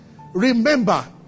remember